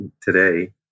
today